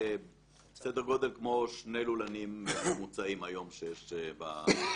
זה סדר גודל של כמו שני לולנים ממוצעים היום שיש בגליל.